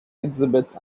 exhibits